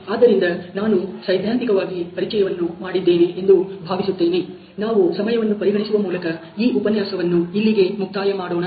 ಆದ್ದರಿಂದ ನಾನು ಸೈದ್ಧಾಂತಿಕ ಪರಿಚಯವನ್ನು ಮಾಡಿದ್ದೇನೆ ಎಂದು ಭಾವಿಸುತ್ತೇನೆ ನಾವು ಸಮಯವನ್ನು ಪರಿಗಣಿಸುವ ಮೂಲಕ ಈ ಉಪನ್ಯಾಸವನ್ನು ಇಲ್ಲಿಗೆ ಮುಕ್ತಾಯ ಮಾಡೋಣ